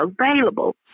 available